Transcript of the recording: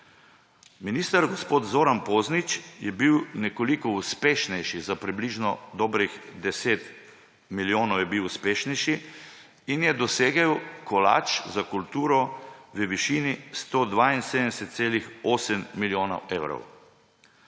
Minister gospod Zoran Poznič je bil nekoliko uspešnejši, za približno dobrih 10 milijonov je bil uspešnejši in je dosegel kolač za kulturo v višini 172,8 milijona evrov.